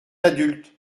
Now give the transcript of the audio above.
adultes